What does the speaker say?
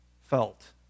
felt